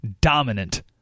dominant